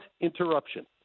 interruption